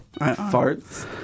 Farts